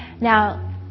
Now